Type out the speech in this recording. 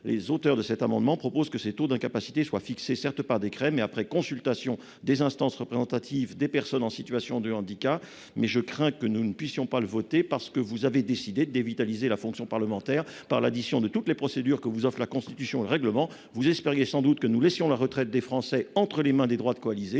les auteurs de cet amendement proposent que ces taux d'incapacité soient fixés certes par décret, mais après consultation des instances représentatives des personnes en situation de handicap. Je crains néanmoins que nous ne puissions pas voter cet amendement, car vous avez décidé dévitaliser la fonction parlementaire par l'addition de toutes les procédures que vous offrent la Constitution et le règlement. Vous espériez sans doute que nous laisserions la retraite des Français entre les mains des droites coalisées.